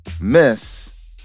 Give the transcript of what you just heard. Miss